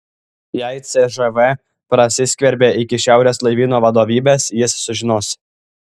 jei cžv prasiskverbė iki šiaurės laivyno vadovybės jis sužinos